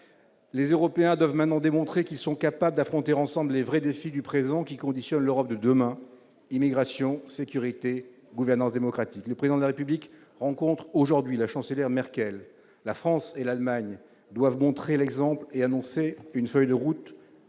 Les Européens doivent maintenant démontrer qu'ils sont capables d'affronter ensemble les vrais défis du présent qui conditionnent l'Europe de demain : immigration, sécurité, gouvernance démocratique. Le Président de la République rencontre aujourd'hui la chancelière Merkel. La France et l'Allemagne doivent montrer l'exemple et annoncer une feuille de route